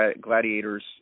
Gladiators